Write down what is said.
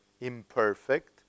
imperfect